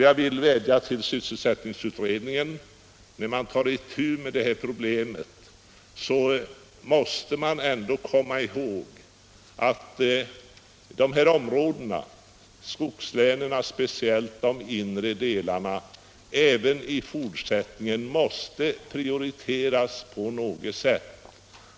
Jag vill därför vädja till sysselsättningsutredningen att — när den tar itu med de här problemen - komma ihåg att dessa områden, skogslänen och speciellt de inre delarna, även i fortsättningen måste prioriteras på något sätt.